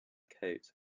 coat